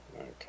Okay